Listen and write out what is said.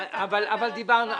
אבל דיברנו,